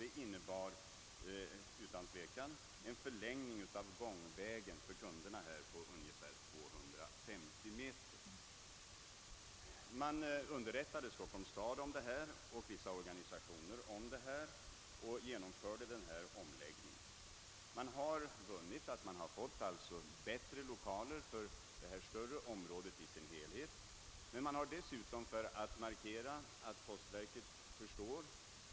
Det innebar utan tvivel en förlängning av Man underrättade Stockholms stad och vissa organisationer om saken och genomförde omläggningen. Man har alltså fått bättre lokaler för området i dess helhet.